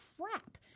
crap